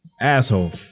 asshole